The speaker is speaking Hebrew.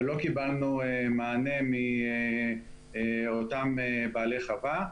אבל לא קיבלנו מענה מאותם בעלי חווה.